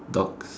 dogs